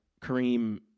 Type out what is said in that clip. Kareem